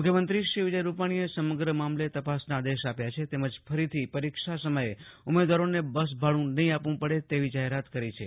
મુખ્યમંત્રી શ્રી વિજય રૂપાજીએ સમગ્ર મામલે તપાસના આદેશ આપ્યા છે તેમજ ફરીથી પરીક્ષા સમયે ઉમેદવારોને બસ ભાડુ નહી આપવું પડે તેવી જાહેરાત કરી છે